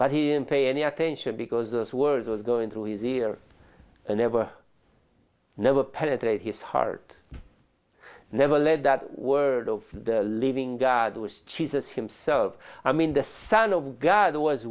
but he didn't pay any attention because those words will go into his ear and never never penetrated his heart never led that word of the living god was jesus himself i mean the son of god was